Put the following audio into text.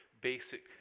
basic